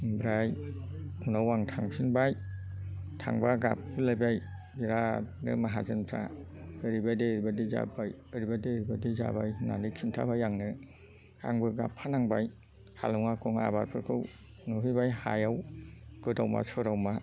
ओमफ्राय उनाव आं थांफिनबाय थांबा गाबफिनलायबाय बिराथनो माहाजोनफ्रा ओरैबायदि ओरैबायदि जाबाय ओरैबायदि ओरैबायदि जाबाय होनानै खिन्थाबाय आंनो आंबो गाबफानांबाय आलं आखं आबादफोरखौ नुहैबाय हायाव गोदावमा सोरावमा